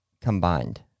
combined